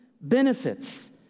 benefits